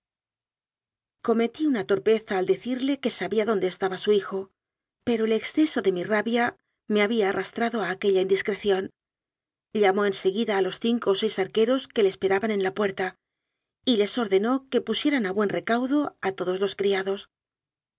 cometí una torpeza al decirle que sabía dónde estaba su hijo pero el exceso de mi rabia me había arrastrado a aquella indiscreción llamó en seguida a los cinco o seis arqueros que le espera ban en la puerta y les ordenó que pusieran a buen recaudo a todos los criados